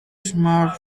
smart